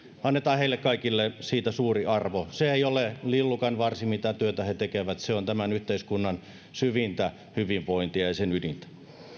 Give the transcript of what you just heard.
annetaan heille kaikille siitä suuri arvo se ei ole lillukanvarsi mitä työtä he he tekevät se on tämän yhteiskunnan syvintä hyvinvointia ja ja sen ydintä